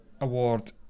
Award